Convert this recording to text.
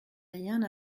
rien